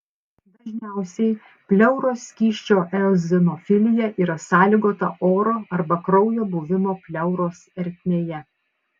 dažniausiai pleuros skysčio eozinofilija yra sąlygota oro arba kraujo buvimo pleuros ertmėje